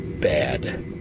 Bad